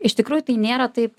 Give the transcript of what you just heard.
iš tikrųjų tai nėra taip